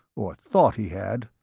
or thought he had.